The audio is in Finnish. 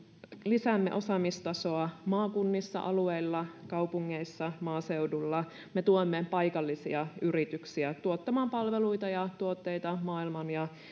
lisäämme osaamistasoa maakunnissa alueilla kaupungeissa ja maaseudulla me tuemme paikallisia yrityksiä tuottamaan palveluita ja tuotteita maailman ja